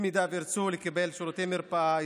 אם ירצו לקבל שירותי מרפאה,